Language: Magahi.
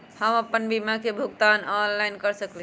हम अपन बीमा के भुगतान ऑनलाइन कर सकली ह?